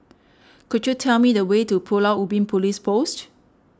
could you tell me the way to Pulau Ubin Police Post